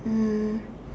um